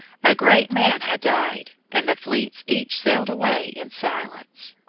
a great man had died, and the fleets each sailed away in silence.